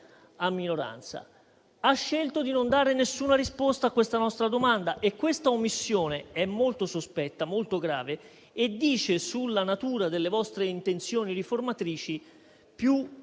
Ha scelto di non dare alcuna risposta a questa nostra domanda e questa omissione è molto sospetta, molto grave e dice sulla natura delle vostre intenzioni riformatrici più